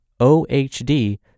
OHD